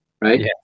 right